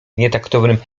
nietaktownym